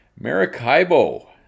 maracaibo